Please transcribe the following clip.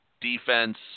Defense